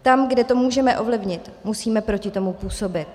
Tam, kde to můžeme ovlivnit, musíme proti tomu působit.